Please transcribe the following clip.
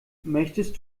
möchtest